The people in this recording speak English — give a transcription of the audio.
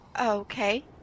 okay